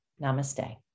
Namaste